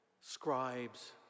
scribes